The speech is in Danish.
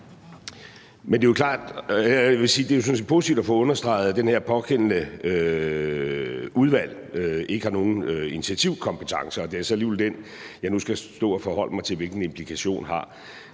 at det jo sådan set er positivt at få understreget, at det pågældende udvalg ikke har nogen initiativkompetencer, men det er så alligevel det, jeg nu skal stå og forholde mig til, i forhold til hvilke implikationer